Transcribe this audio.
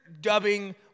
Dubbing